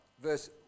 verse